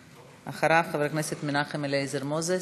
אחריו, חבר הכנסת מנחם אליעזר מוזס.